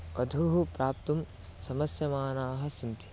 वधुः प्राप्तुं समस्यमानाः सन्ति